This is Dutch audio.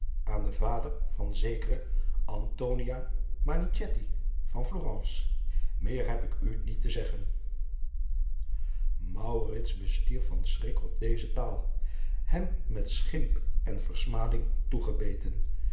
aan den vader van zekere van lorence eer heb ik u niet te zeggen bestierf van schrik op deze taal hem met schimp en versmading toegebeten